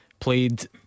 Played